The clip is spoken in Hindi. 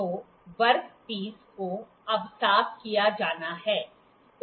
तो वर्कपीस को अब साफ किया जाना है